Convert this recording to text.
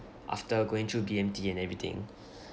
after going through B_M_T and everything